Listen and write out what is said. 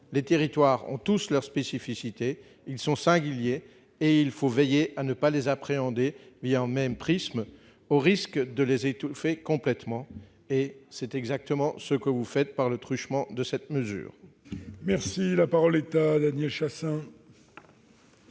les territoires ont tous leur spécificité, ils sont tous singuliers, et il faut veiller à ne pas les appréhender le même prisme, au risque de les étouffer complètement. Or c'est exactement ce que fait le Gouvernement par le truchement de cette mesure. La parole est à M. Daniel Chasseing,